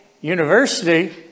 University